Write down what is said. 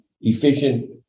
efficient